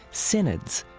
synods,